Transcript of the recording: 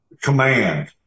command